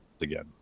again